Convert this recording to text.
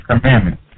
commandments